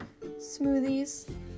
smoothies